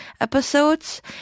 episodes